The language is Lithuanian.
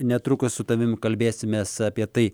netrukus su tavim kalbėsimės apie tai